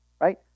Right